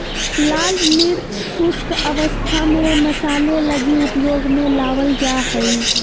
लाल मिर्च शुष्क अवस्था में मसाले लगी उपयोग में लाबल जा हइ